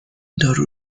دارو